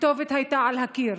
הכתובת הייתה על הקיר: